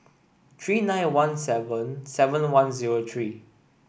three nine one seven seven one zero three